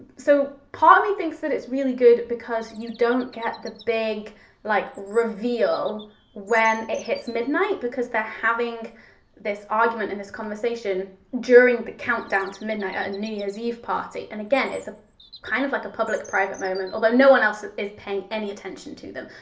so part of me thinks that it's really good because you don't get the big like, reveal when it hits midnight, because they're having this argument in this conversation during the countdown to midnight or new year's eve party, and again, it's ah kind of like a public private moment, although no one else is paying any attention to them.